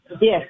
Yes